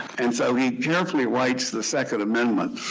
and so he carefully writes the second amendment